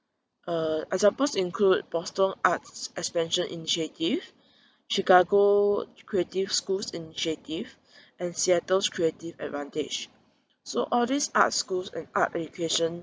uh examples include boston arts expansion initiative chicago creative schools initiative and seattle's creative advantage so all these art schools and art recreation